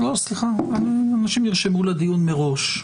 סליחה, אנשים נרשמו לדיון מראש.